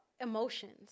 Emotions